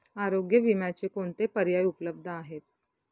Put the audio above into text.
आरोग्य विम्याचे कोणते पर्याय उपलब्ध आहेत?